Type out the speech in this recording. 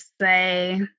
say